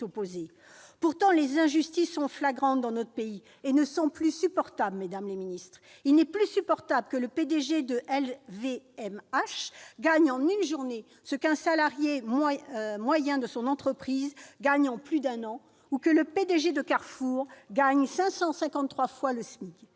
ministres, les injustices sont flagrantes dans notre pays et elles ne sont plus supportables. Il n'est plus supportable que le PDG de LVMH gagne en une journée ce qu'un salarié moyen de son entreprise gagne en plus d'un an ou que le PDG de Carrefour gagne 553 fois le SMIC.